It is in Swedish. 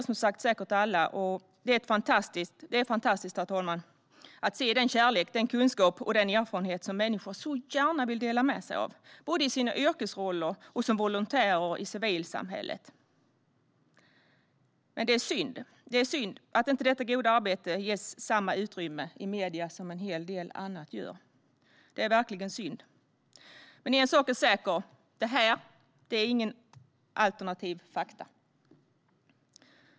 Som sagt, ni alla ser det säkert. Det är fantastiskt att se den kärlek, den kunskap och den erfarenhet som människor så gärna vill dela med sig av, både i sina yrkesroller och som volontärer i civilsamhället. Det är synd att detta goda arbete inte ges samma utrymme i medierna som en hel del annat. Det är verkligen synd. Men en sak är säker: Detta är inte några alternativa fakta.